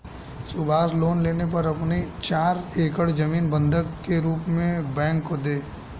Subhash loan लेने पर अपनी चार एकड़ जमीन बंधक के रूप में बैंक को दें